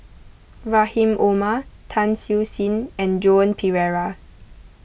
Rahim Omar Tan Siew Sin and Joan Pereira